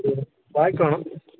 വാഴക്ക വേണോ